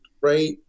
right